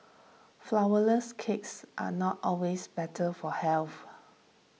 Flourless Cakes are not always better for health